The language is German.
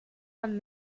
man